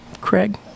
Craig